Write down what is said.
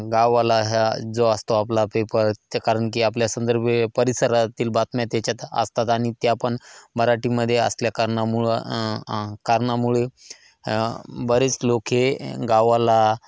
गावाला हा जो असतो आपला पेपर त्या कारण की आपल्या संदर्भे परिसरातील बातम्या त्याच्यात असतात आणि त्या पण मराठीमध्ये असल्या कारणामुळं अ अ कारणामुळे बरेच लोकं गावाला